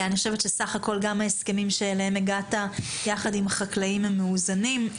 אני חושבת שבסך הכול גם ההסכמים בהם נגעת יחד עם החקלאים הם מאוזנים.